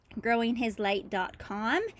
growinghislight.com